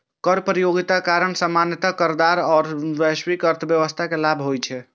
कर प्रतियोगिताक कारण सामान्यतः करदाता आ वैश्विक अर्थव्यवस्था कें लाभ होइ छै